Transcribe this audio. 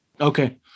Okay